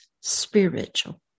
spiritual